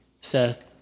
Seth